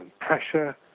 pressure